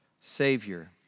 Savior